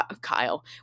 Kyle